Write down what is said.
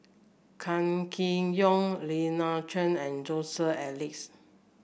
Kam Kee Yong Lina Chiam and Joseph Elias